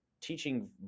teaching